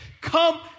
come